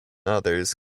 others